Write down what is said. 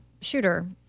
shooter